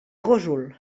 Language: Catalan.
gósol